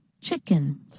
Chicken